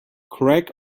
crack